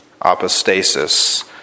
Apostasis